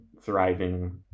thriving